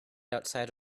outside